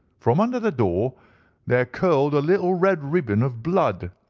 from under the door there curled a little red ribbon of blood,